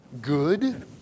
good